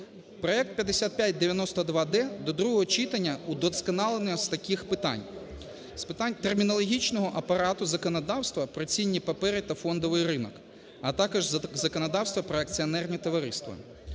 Проект 5592-д до другого читання вдосконалений з таких питань. З питань термінологічного апарату законодавства про цінні папери та Фондовий ринок, а також законодавства про акціонерні товариства.